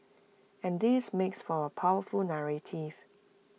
and this makes for A powerful narrative